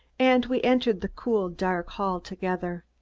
and we entered the cool dark hall together.